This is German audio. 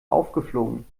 aufgeflogen